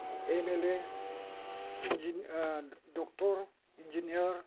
M L A इन्जिनि doctor engineer